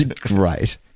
Great